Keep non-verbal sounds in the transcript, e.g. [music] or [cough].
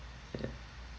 [noise]